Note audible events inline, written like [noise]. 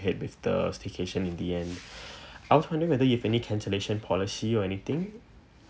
ahead with the staycation in the end [breath] I was wonder whether you have any cancellation policy or anything